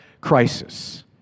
crisis